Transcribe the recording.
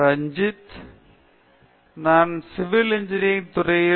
Ranjith hi நான் Ranjith civil engineering துறையிலிருந்து